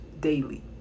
daily